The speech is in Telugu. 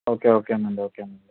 ఓకే ఓకే అండి ఓకే అండి